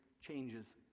changes